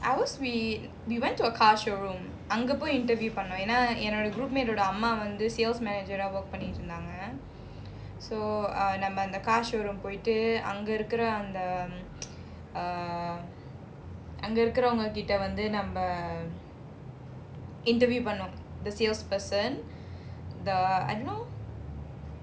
ours we we we went to a car showroom அங்கபொய்:anga poi interview பண்ணுவேன்எனாஎன்னோட:pannuven yena ennoda group mate அம்மாவந்து:amma vandhu sales manager work பண்ணிட்ருந்தாங்க:pannitrunthanga so நம்மஅந்த:namma andha the car showroom போயிட்டுஅங்கஇருக்குறஅந்த:poitu anga irukura andha err அங்கஇருக்குறவங்ககிட்டவந்துநம்ம:anga irukuravangakita vandhu namma interview பண்ணனும்:pannanum the sales person the I don't know